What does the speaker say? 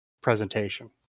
presentation